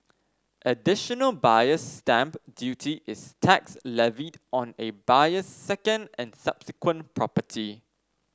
additional Buyer's Stamp Duty is tax levied on a buyer's second and subsequent property